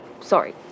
sorry